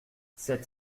cette